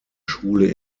schule